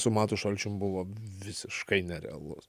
su matu šalčium buvo visiškai nerealus